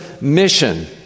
mission